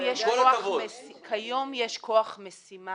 כיום יש כוח משימה